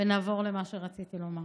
ונעבור למה שרציתי לומר.